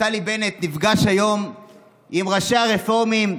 נפתלי בנט נפגש היום עם ראשי הרפורמים,